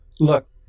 Look